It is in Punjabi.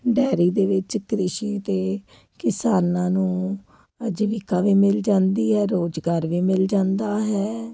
ਡੈਰੀ ਦੇ ਵਿੱਚ ਕ੍ਰਿਸ਼ੀ ਦੇ ਕਿਸਾਨਾਂ ਨੂੰ ਅਜੀਵਿਕਾ ਵੀ ਮਿਲ ਜਾਂਦੀ ਹੈ ਰੁਜ਼ਗਾਰ ਵੀ ਮਿਲ ਜਾਂਦਾ ਹੈ